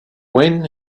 when